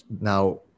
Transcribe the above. Now